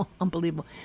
unbelievable